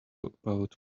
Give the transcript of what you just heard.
about